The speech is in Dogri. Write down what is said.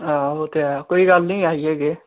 हां ओह् ते ऐ कोई गल्ल निं आई जाह्गे